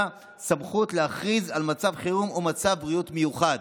סמכות להכריז על מצב חירום או מצב בריאות מיוחד,